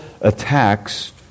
attacks